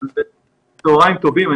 צהריים טובים.